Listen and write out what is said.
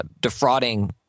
defrauding